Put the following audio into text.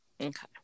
Okay